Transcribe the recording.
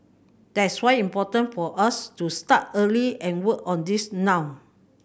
that's why important for us to start early and work on this now